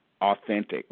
authentic